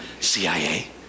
CIA